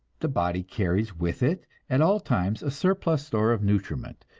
the body carries with it at all times a surplus store of nutriment,